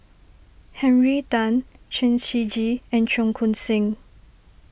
Henry Tan Chen Shiji and Cheong Koon Seng